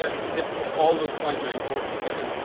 ah so just all those points are important. i mean,